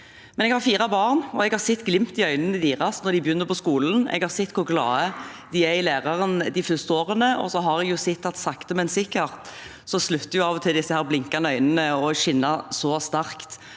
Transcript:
jeg har fire barn, og jeg har sett glimtet i øynene deres når de begynner på skolen, jeg har sett hvor glade de er i læreren de første årene, og så har jeg sett at sakte, men sikkert slutter disse blinkende øynene av og til å skinne så sterkt.